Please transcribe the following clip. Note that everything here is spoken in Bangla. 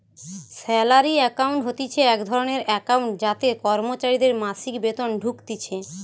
স্যালারি একাউন্ট হতিছে এক ধরণের একাউন্ট যাতে কর্মচারীদের মাসিক বেতন ঢুকতিছে